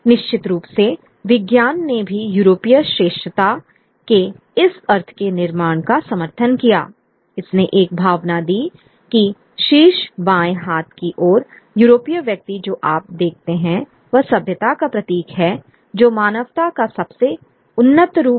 निश्चित रूप से विज्ञान ने भी यूरोपीय श्रेष्ठता के इस अर्थ के निर्माण का समर्थन कियाइसने एक भावना दी कि शीर्ष बाएं हाथ की ओर यूरोपीय व्यक्ति जो आप देखते हैं वह सभ्यता का प्रतीक है जो मानवता का सबसे उन्नत रूप है